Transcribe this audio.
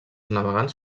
navegants